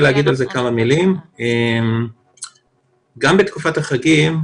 גם בתקופת החגים,